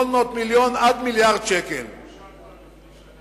מיליון עד מיליארד שקל, אושר כבר לפני שנה וחצי.